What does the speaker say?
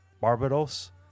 Barbados